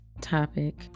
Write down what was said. topic